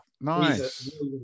nice